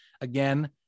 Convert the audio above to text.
again